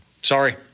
Sorry